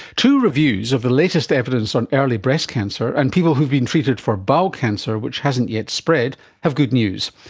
two reviews of the latest evidence on early breast cancer and people who have been treated for bowel cancer which hasn't yet spread have good news.